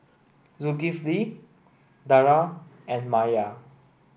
Zulkifli Dara and Maya